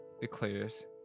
declares